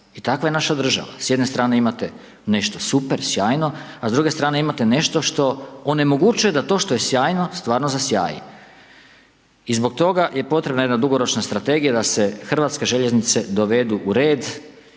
I takva je naša država, s jedne strane imate nešto super, sjajno a s druge strane imate nešto što onemogućuje da to što je sjajno, stvarno zasjaji. I zbog toga je potrebna jedna dugoročna strategija da se hrvatske željeznice dovedu u red